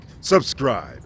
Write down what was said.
subscribe